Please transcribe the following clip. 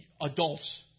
adults